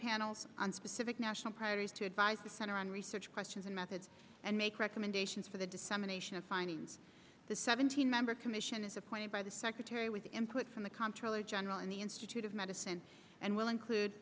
panel on specific national priorities to advise the center on research questions and methods and make recommendations for the dissemination of findings the seventeen member commission is appointed by the secretary with input from the comptroller general in the institute of medicine and will include